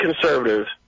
conservatives